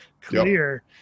clear